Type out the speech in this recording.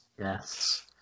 yes